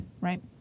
right